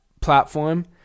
platform